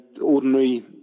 ordinary